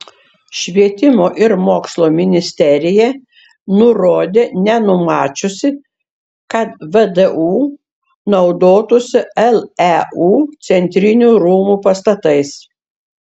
švietimo ir mokslo ministerija nurodė nenumačiusi kad vdu naudotųsi leu centrinių rūmų pastatais